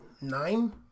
Nine